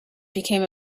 became